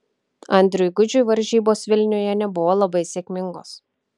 andriui gudžiui varžybos vilniuje nebuvo labai sėkmingos